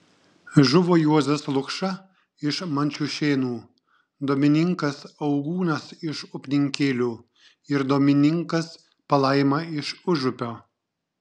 žuvo juozas lukša iš mančiušėnų domininkas augūnas iš upninkėlių ir domininkas palaima iš užupio